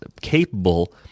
capable